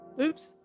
oops